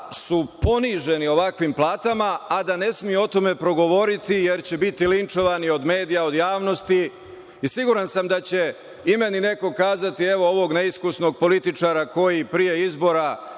da su poniženi ovakvim platama, a da ne smeju o tome progovoriti, jer će biti linčovani od medija, javnosti. Siguran sam da će i meni neko kazati – evo ovog neiskusnog političara koji pre izbora